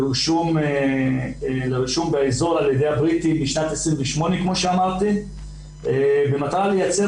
והוא רשום באזור על ידי הבריטים משנת 1928 במטרה לייצר